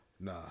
nah